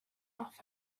off